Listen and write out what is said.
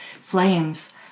flames